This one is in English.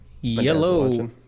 yellow